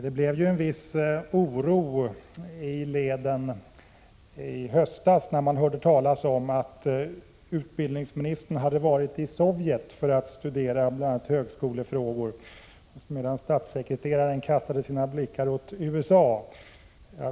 Det blev en viss oro i leden i höstas, när man hörde talas om att utbildningsministern hade varit i Sovjet för att studera bl.a. högskolefrågor, medan statssekreteraren kastade sina blickar mot USA.